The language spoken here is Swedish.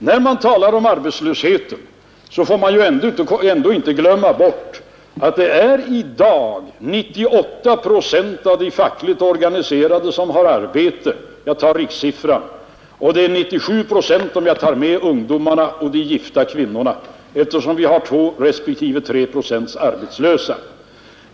När man talar om arbetslösheten får man inte glömma bort att i dag — Nr 140 98 procent av de fackligt organiserade har arbete — jag tar rikssiffran — j å Å Tisdagen den och 97 procent om jag tar med ungdomarna och de gifta kvinnorna, eftersom vi har 2 respektive 3 procent arbetslösa.